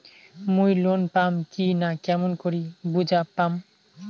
মুই লোন পাম কি না কেমন করি বুঝা পাম?